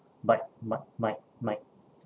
but my my my